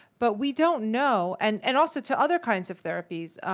but we don't know and and also to other kinds of therapies.